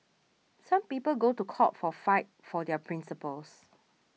some people go to court for fight for their principles